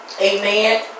Amen